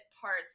parts